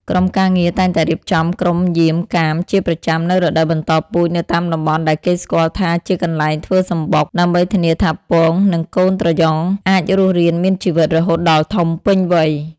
ក្រុមការងារតែងតែរៀបចំក្រុមយាមកាមជាប្រចាំនៅរដូវបន្តពូជនៅតាមតំបន់ដែលគេស្គាល់ថាជាកន្លែងធ្វើសម្បុក ដើម្បីធានាថាពង និងកូនត្រយងអាចរស់រានមានជីវិតរហូតដល់ធំពេញវ័យ។